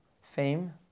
fame